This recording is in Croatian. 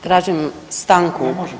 Tražim stanku.